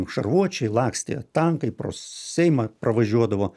šarvuočiai lakstė tankai pro seimą pravažiuodavo